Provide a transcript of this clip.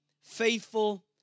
faithful